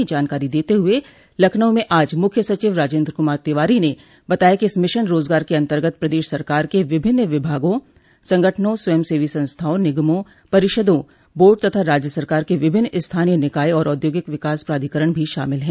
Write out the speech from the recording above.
यह जानकारी देते हुए लखनऊ में आज मुख्य सचिव राजेन्द्र कुमार तिवारी ने बताया कि इस मिशन रोजगार के अन्तर्गत प्रदेश सरकार के विभिन्न विभागों संगठनों स्वयं सेवी संस्थाओं निगमों परिषदों बोर्ड तथा राज्य सरकार के विभिन्न स्थानीय निकाय और औद्योगिक विकास प्राधिकरण भी शामिल है